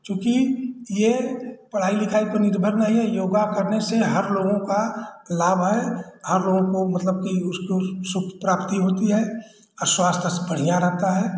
क्योंकि यह पढ़ाई लिखाई पर निर्भर नहीं है योग करने से हर लोगों का लाभ है हर लोगों को मतलब की उसको सुख प्राप्ति होती है आ स्वास्थ बढ़िया रहता है